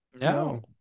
No